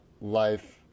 life